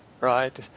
right